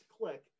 click